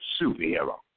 superhero